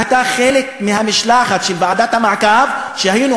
והייתה חלק מהמשלחת של ועדת המעקב היינו